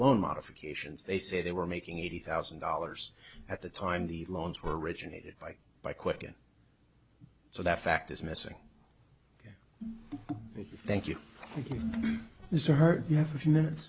loan modifications they say they were making eighty thousand dollars at the time the loans were originated by by quicken so that fact is missing thank you mr hurd you have a few minutes